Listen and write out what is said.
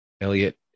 Elliot